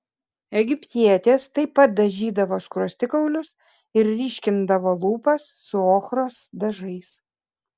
egiptietės taip pat dažydavo skruostikaulius ir ryškindavo lūpas su ochros dažais